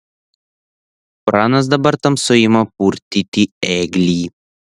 pranas dabar tamsoj ima purtyti ėglį